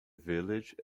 village